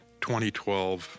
2012